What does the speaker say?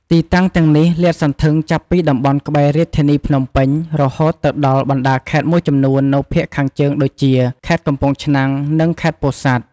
ទីតាំងទាំងនេះលាតសន្ធឹងចាប់ពីតំបន់ក្បែរ រាជធានីភ្នំពេញ រហូតទៅដល់បណ្តាខេត្តមួយចំនួននៅភាគខាងជើងដូចជា ខេត្តកំពង់ឆ្នាំង និង ខេត្តពោធិ៍សាត់។